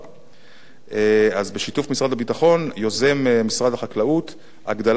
אז בשיתוף משרד הביטחון יוזם משרד החקלאות הגדלת מספר היתרי העבודה